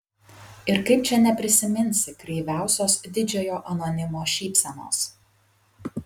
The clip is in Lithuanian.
ir kaip čia neprisiminsi kreiviausios didžiojo anonimo šypsenos